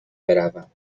بروم